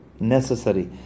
necessary